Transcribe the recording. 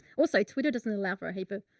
also, twitter doesn't allow for a heap of